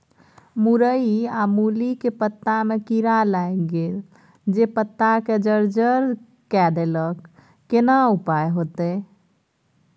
मूरई आ मूली के पत्ता में कीरा लाईग गेल जे पत्ता के जर्जर के देलक केना उपाय होतय?